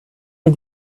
you